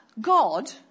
God